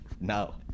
no